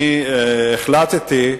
בנושא הזה החלטתי,